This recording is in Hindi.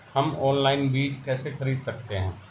हम ऑनलाइन बीज कैसे खरीद सकते हैं?